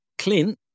Clint